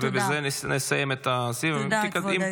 ובזה נסיים את --- תודה, אדוני היושב-ראש.